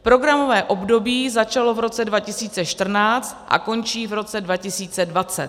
Programové období začalo v roce 2014 a končí v roce 2020.